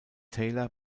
taylor